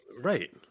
right